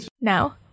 Now